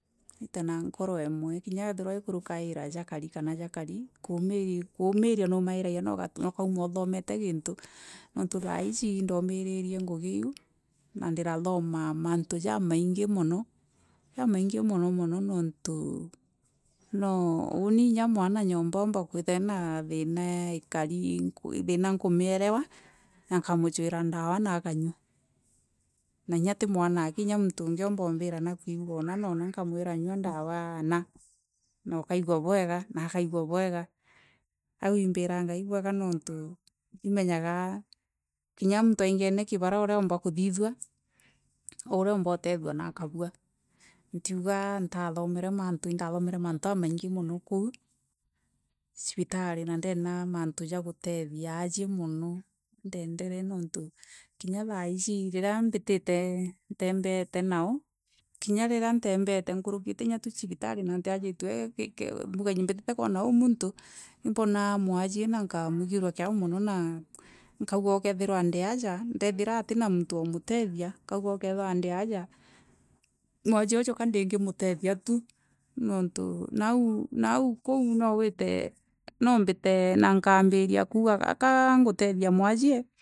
Wûe na nkoro imwe inya wethira wikûrikaira jakari kana jakari, kûûmiria nûûmiria ûkaûma ûthomere kinitû thaisi indûmirie ngûgi na ndathoma mantû jamaingi mono jamaingi mono mono nonrû no ûni inya mwana nyomba aûmba kwithira aina thina ikari thina nkûmielewa nkamûcijira ndawa na akanywa na ti mwana aki kinya mûntû ûngi no ombire nawikûa ûna na ûna nkamwira nyoa ndawa na na ûkaigûa bwega na akigûa bwega aû imbiraa ngai ibwega nontû imenyaga inya mûntû anyene kibara ûra aûmbaa kûthithûa, ûra aûmba ûrethûa na akabija niriiga ntathomere mantû, indathomere mantû jamaingi misho koû cibitari na ndenda manrû ya gûtethia aasie mûrio indenere nontû kinya thaiji rira mbitike nrembeere nao inya rire rirembeere nkûrijkie cibitari na ndiajitûe mbitile kûona ûû mûntû imbonaa mwasie na nkamûskirisa kiao mûno nkaûga ûketherwa ndirasa ethira atina mûrifû wa ûmûtethia nkaiswa ûtkhethirwa ndi wa mwasie ûjio ka ndingimistethia tû nontû naû koû no wire no mbire na nkaanjiria kisûga ka ngûrethia mwasie.